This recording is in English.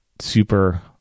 super